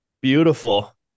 Beautiful